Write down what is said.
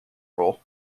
role